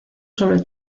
sobre